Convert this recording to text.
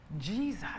Jesus